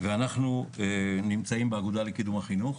ואנחנו נמצאים באגודה לקידום החינוך,